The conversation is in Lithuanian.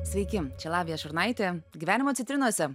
sveiki čia lavija šurnaitė gyvenimo citrinose